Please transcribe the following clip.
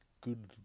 good